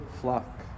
flock